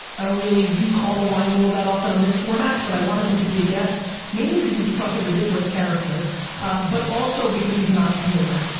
i don't really recall the wine world that often on this format but i wanted him to be a guest mainly because he's a fucking ridiculous character but also because he's an entrepreneur.